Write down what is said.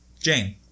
Jane